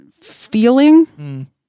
feeling